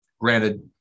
Granted